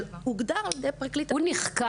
אבל הוגדר על ידי פרקליט --- הוא נחקר?